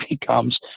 becomes